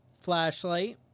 flashlight